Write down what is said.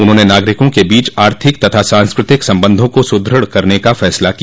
उन्होंने नागरिकों के बीच आर्थिक तथा सांस्कृतिक संबधों को सुदृढ़ करने का फैसला किया